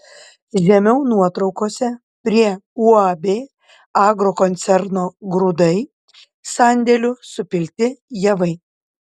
žemiau nuotraukose prie uab agrokoncerno grūdai sandėlių supilti javai